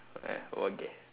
alright okay